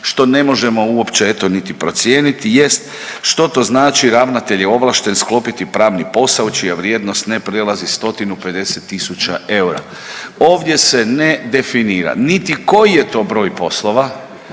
što ne možemo eto uopće niti procijeniti jest što to znači ravnatelj je ovlašten sklopiti pravni posao čija vrijednost ne prelazi 150 tisuća eura. Ovdje se ne definira niti koji je to broj poslova,